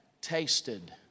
tasted